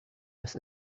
dass